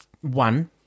one